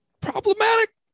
problematic